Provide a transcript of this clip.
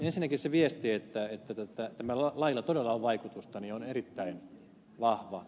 ensinnäkin se viesti että tällä lailla todella on vaikutusta on erittäin vahva